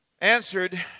answered